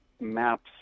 maps